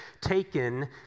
taken